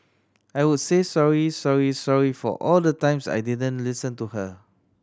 I would say sorry sorry sorry for all the times I didn't listen to her